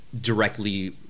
directly